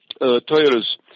Toyota's